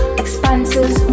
expanses